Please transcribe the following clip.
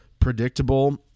Predictable